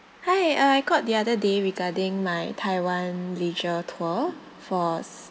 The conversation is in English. hi I called the other day regarding my taiwan leisure tour for a